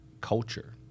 culture